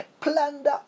plunder